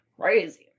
crazy